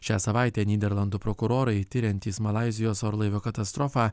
šią savaitę nyderlandų prokurorai tiriantys malaizijos orlaivio katastrofą